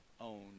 own